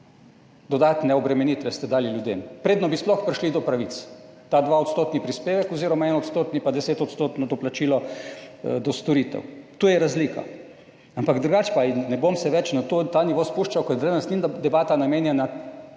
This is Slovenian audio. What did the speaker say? dodatne obremenitve ste dali ljudem, preden bi sploh prišli do pravic. Ta 2 odstotni prispevek oziroma 1 odstotni pa 10 odstotno doplačilo do storitev, tu je razlika, ampak drugače pa ne bom se več na ta nivo spuščal, ker danes ni debata namenjena